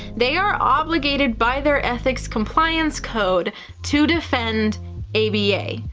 they are obligated by their ethics compliance code to defend aba.